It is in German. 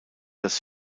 das